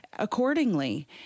accordingly